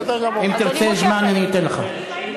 אם תרצה זמן אני אתן לך.